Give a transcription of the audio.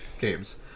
games